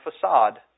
facade